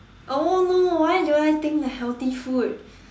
oh no why do I think the healthy food